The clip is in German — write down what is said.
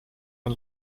man